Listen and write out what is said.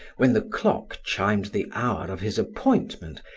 when the clock chimed the hour of his appointment,